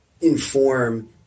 inform